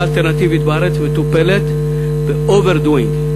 האלטרנטיבית בארץ מטופלת ב-overdoing.